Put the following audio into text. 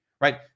Right